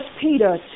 Peter